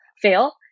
fail